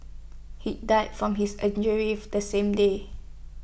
he died from his injuries of the same day